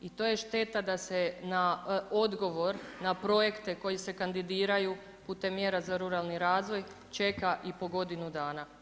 I to je šteta da se na odgovor na projekte koji se kandidiraju putem mjera za ruralni razvoj čeka i po godinu dana.